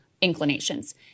inclinations